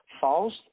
false